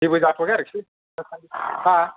जेबो जाथ'वाखै आरोखि दासान्दि हा